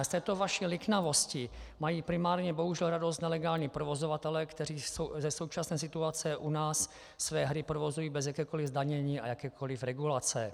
Z této vaší liknavosti mají primárně bohužel radost nelegální provozovatelé, kteří za současné situace u nás své hry provozují bez jakéhokoli zdanění a jakékoli regulace.